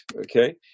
okay